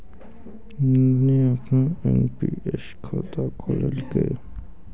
नंदनी अपनो एन.पी.एस खाता खोललकै